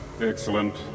Excellent